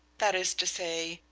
that is to say,